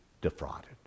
defrauded